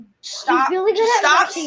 stop